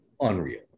unreal